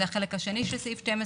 וזה החלק השני של סעיף 12,